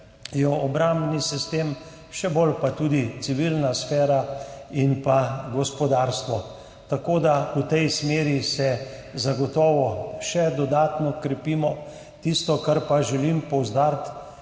jo obrambni sistem, še bolj pa tudi civilna sfera in gospodarstvo. Tako da se v tej smeri zagotovo še dodatno krepimo. Tisto, kar pa želim poudariti,